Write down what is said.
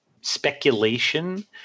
speculation